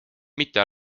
mitte